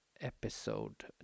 episode